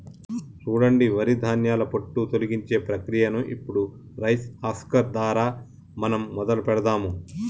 సూడండి వరి ధాన్యాల పొట్టు తొలగించే ప్రక్రియను ఇప్పుడు రైస్ హస్కర్ దారా మనం మొదలు పెడదాము